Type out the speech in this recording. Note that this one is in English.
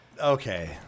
Okay